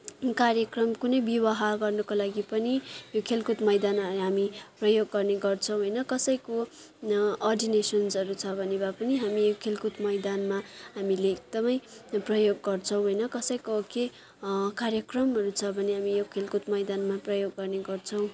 कार्यक्रम कुनै विवाह गर्नको लागि पनि यो खेलकुद मैदान हामी प्रयोग गर्ने गर्छौँ होइन कसैको अडिनेसन्सहरू छ भने भए पनि हामी यो खेलकुद मैदानमा हामीले एकदमै प्रयोग गर्छौँ होइन कसैको केही कार्यक्रमहरू छ भने हामी यो खेलकुद मैदानमा प्रयोग गर्ने गर्छौँ